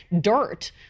dirt